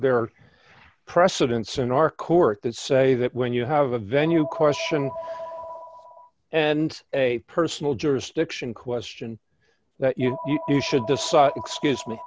there are precedents in our court that say that when you have a venue question and a personal jurisdiction question that you know each should decide excuse me